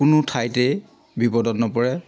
কোনো ঠাইতেই বিপদত নপৰে